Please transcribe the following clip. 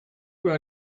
were